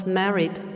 married